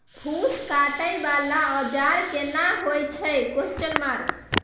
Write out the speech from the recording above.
फूस काटय वाला औजार केना होय छै?